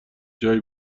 جایی